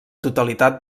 totalitat